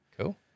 cool